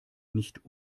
nicht